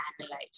analyze